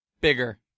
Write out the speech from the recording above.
Bigger